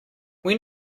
when